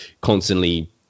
constantly